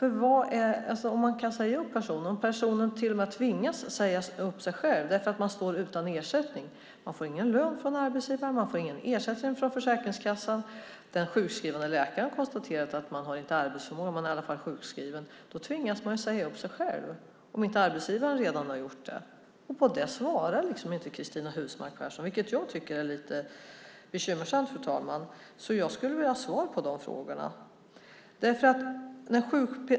En person kan till och med tvingas att säga upp sig själv därför att man står utan ersättning. Om man inte får någon lön från arbetsgivaren, om man inte får någon ersättning från Försäkringskassan och om den sjukskrivande läkaren konstaterar att man inte har arbetsförmåga - man är i alla fall sjukskriven - tvingas man säga upp sig själv om inte arbetsgivaren redan har gjort det. På det svarar inte Cristina Husmark Pehrsson, vilket jag tycker är lite bekymmersamt, fru talman. Jag skulle vilja ha svar på de frågorna.